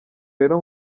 rero